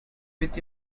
with